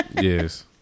Yes